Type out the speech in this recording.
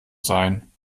sein